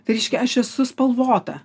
tai reiškia aš esu spalvota